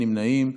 אין נמנעים.